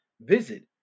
visit